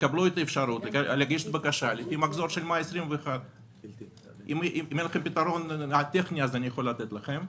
יקבל אפשרות להגיש בקשה לפי מחזור של מאי 2021. אם אין לכם פתרון טכני אז אני יכול להציע לכם.